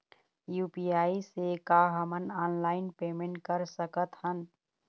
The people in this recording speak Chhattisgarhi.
यू.पी.आई से का हमन ऑनलाइन पेमेंट कर सकत हन?